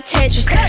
Tetris